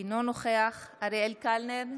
אינו נוכח אריאל קלנר,